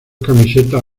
camisetas